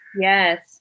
Yes